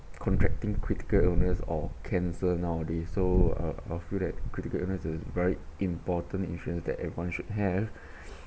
contracting critical illness or cancer nowadays so uh I feel that critical is very important insurance that everyone should have